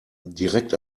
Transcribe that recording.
direkt